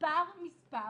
מספר מספר